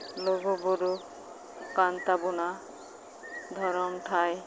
ᱞᱩᱜᱩ ᱵᱩᱨᱩ ᱠᱟᱱ ᱛᱟᱵᱚᱱᱟ ᱫᱷᱚᱨᱚᱢ ᱴᱷᱟᱸᱭ